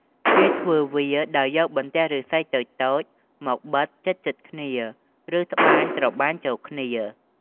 គេធ្វើវាដោយយកបន្ទះឫស្សីតូចៗមកបិទជិតៗគ្នា ឬត្បាញត្របាញ់ចូលគ្នា។